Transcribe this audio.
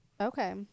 Okay